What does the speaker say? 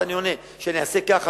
ואני עונה שאני אעשה ככה,